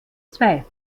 zwei